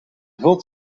voelt